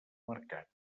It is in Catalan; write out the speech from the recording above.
mercat